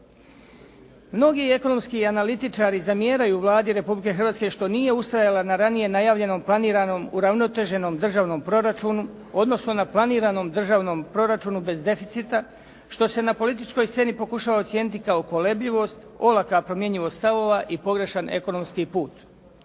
Mnogi ekonomski analitičari zamjeraju Vladi Republike Hrvatske što nije ustrajala na ranije najavljenom planiranom uravnoteženom državnom proračunu, odnosno na planiranom državnom proračunu bez deficita što se na političkoj sceni pokušalo ocijeniti kao kolebljivost, olaka promjenjivost stavova i pogrešan ekonomski put.